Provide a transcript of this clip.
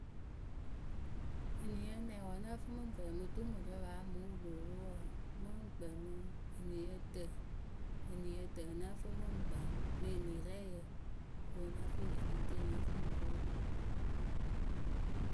Eniyǝ nɛŋ wǝ́ nǝ́ǝ fɨ mɨ ŋ kpɛɛ mɨ dumurǝ paa mɨŋ wɨ loo roo wǝǝ mɨŋ kpɛɛ mɨ eniyǝ tǝ Eniyǝ tǝ wǝ́ nǝ́ǝ fɨ mɨŋ kpɛ mɨ enirɛɛyǝ kɨ wɨ nya fɩɩ eniŋrie yǝ nya fii yɨ roo mɨ.